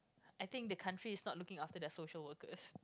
I think the country is not looking after their social workers